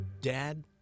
Dad